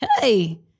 Hey